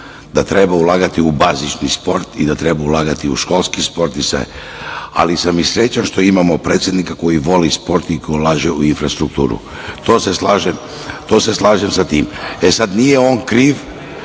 da treba ulagati u bazični sport i da treba ulagati u školski sport, ali sam i srećan što imamo predsednika koji voli sport i koji ulaže u infrastrukturu. To se slažem sa tim. Nije on kriv